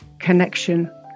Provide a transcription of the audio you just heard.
connection